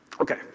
Okay